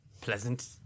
pleasant